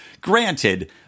Granted